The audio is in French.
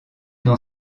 dans